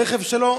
התעבורה (רכב העומד במקום המשמש את הציבור),